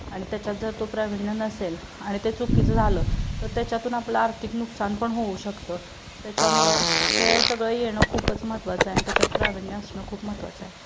आणि त्याच्यात जर तो प्राविण्य नसेल आणि ते चुकीचं झालं तर त्याच्यातून आपलं आर्थिक नुकसान पण होऊ शकतं त्याच्यामुळं ते सगळं येणं खूपच महत्त्वाचं आहे आणि त्याच्यात प्राविण्य असणं खूप महत्त्वाचं आहे